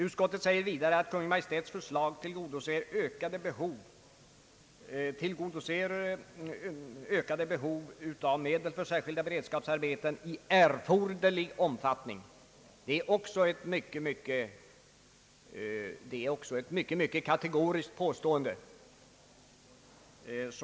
Utskottet säger vidare att Kungl. Maj:ts förslag tillgodoser ökade behov av medel för särskilda beredskapsarbeten i erforderlig omfattning. Det är ett mycket kategoriskt påstående.